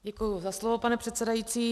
Děkuji za slovo, pane předsedající.